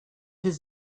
his